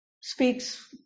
speaks